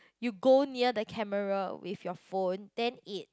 you go near the camera with your phone then it